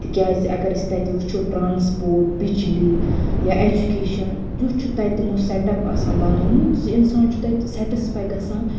تِکیٛازِ اَگر أسۍ تَتہِ وٕچھو ٹَرانَسپوٹ بجلی یا ایٚجُکیشَن تِیُتھ چھ تتہِ تمو سؠٹ اَپ آسان بَنومُت زِ اِنسان چھ تَتہِ سیٚٹسفاے گَژھان